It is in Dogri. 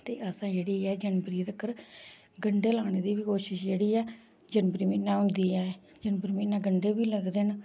ते असें जेह्ड़ी ऐ जनबरी तगर गन्डे लाने दी बी कोशश जेह्ड़ी ऐ जनबरी म्हीने होंदी ऐ जनबरी म्हीने गन्डे बी लगदे न